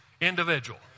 individual